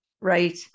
Right